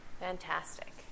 fantastic